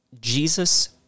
Jesus